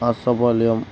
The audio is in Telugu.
నర్సపాళ్యం